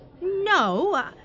No